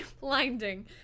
blinding